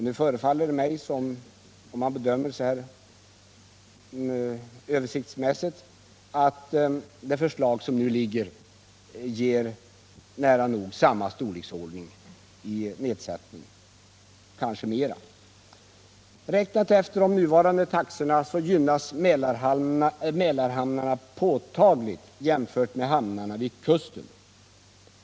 Det förefaller mig, vid en översiktlig bedömning, som orå det föreliggande förslaget ger en nedsättning av nära nog samma storleksordning — kanske större. Räknat även efter nuvarande taxor gynnas Mälarhamnarna påtagligt jämfört med hamnarna vid kusten.